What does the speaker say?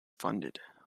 funded